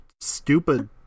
stupid